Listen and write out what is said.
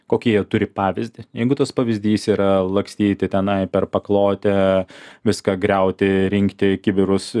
kokį jie turi pavyzdį jeigu tas pavyzdys yra lakstyti tenai per paklotę viską griauti rinkti kibirus